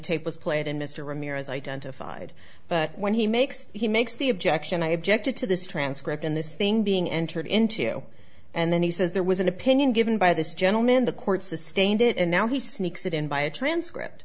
was played and mr ramirez identified but when he makes he makes the objection i objected to this transcript in this thing being entered into and then he says there was an opinion given by this gentleman in the court sustained it and now he sneaks it in by a transcript